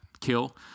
kill